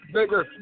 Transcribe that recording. Bigger